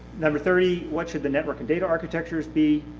number thirty, what should the network and data architectures be?